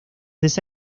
esa